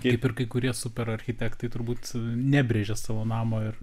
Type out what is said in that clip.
kaip ir kai kurie super architektai turbūt nebrėžia savo namo ir